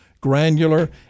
granular